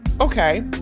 okay